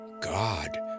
God